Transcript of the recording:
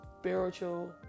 spiritual